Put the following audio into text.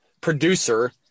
producer